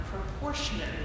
proportionately